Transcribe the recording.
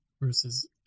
versus